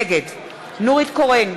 נגד נורית קורן,